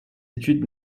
études